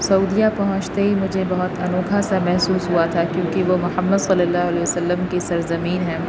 سعودیہ پہنچتے ہی مجھے بہت انوکھا سا محسوس ہوا تھا کیونکہ وہ محمد صلی اللہ علیہ وسلم کی سرزمین ہے